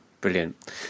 brilliant